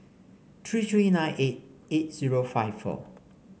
three three nine eight eight zero five four